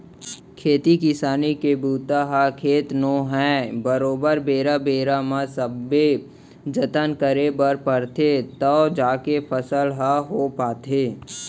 खेती किसानी के बूता ह खेत नो है बरोबर बेरा बेरा म सबे जतन करे बर परथे तव जाके फसल ह हो पाथे